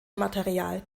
material